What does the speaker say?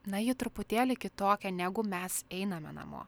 na ji truputėlį kitokia negu mes einame namo